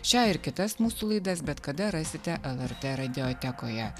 šią ir kitas mūsų laidas bet kada rasite lrt radiotekoje